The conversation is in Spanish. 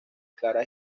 clara